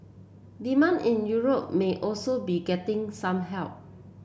demand in Europe may also be getting some help